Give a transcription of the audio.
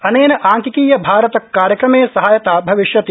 अनेन आंकिकीय भारत कार्यक्रमे सहायता भविष्यति